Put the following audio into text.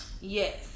Yes